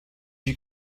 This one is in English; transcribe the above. you